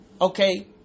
okay